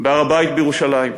בהר-הבית בירושלים,